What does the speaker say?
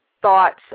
thoughts